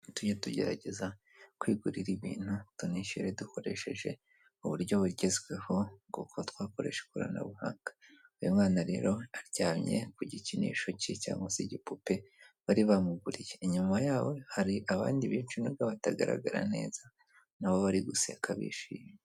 Tujye tugerageza kwigurira ibintu tunishyure dukoresheje uburyo bugezweho bwo kuba twakoreshe ikoranabuhanga, uyu mwana rero aryamye ku gikinisho cye cyangwa se igipupe bari bamuguriye, inyuma yabo hari abandi benshi n'ubwo batagaragara neza, na bo bari guseka bishimye.